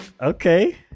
Okay